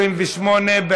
28,